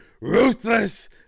ruthless